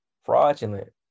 fraudulent